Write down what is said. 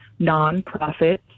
nonprofit